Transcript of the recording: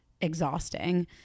exhausting